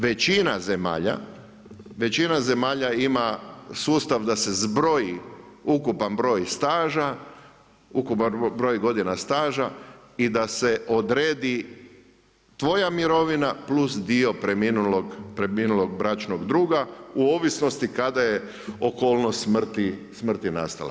Većina zemalja ima sustav da se zbroji ukupan broj staža, ukupan broj godina staža i da se odredi tvoja mirovina plus dio preminulog bračnog druga u ovisnosti kada je okolnost smrti nastala.